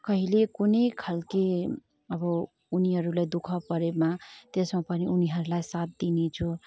कहिले कुनै खालको अब उनीहरूलाई दुखः परेमा त्यसमा पनि उनीहरूलाई साथ दिनेछु